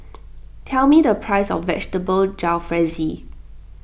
tell me the price of Vegetable Jalfrezi